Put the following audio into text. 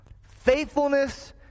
Faithfulness